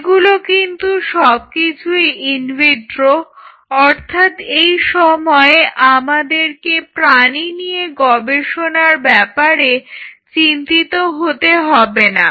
এগুলো কিন্তু সবকিছুই ইনভিট্রো অর্থাৎ এই সময় আমাদেরকে প্রাণী নিয়ে গবেষণার ব্যাপারে চিন্তিত হতে হবে না